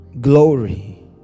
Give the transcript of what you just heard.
glory